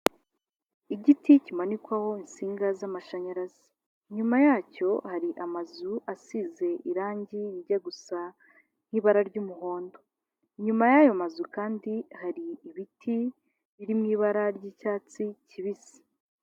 Igiti kimanikwaho insinga z'amashanyarazi. Inyuma yacyo hari amazu asize irangi rijya gusa nk'ibara ry'umuhondo. Inyuma y'ayo mazu kandi hari ibiti biri mu ibara ry'icyatsi kibisi.